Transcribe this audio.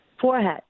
forehead